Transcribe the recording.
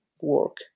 work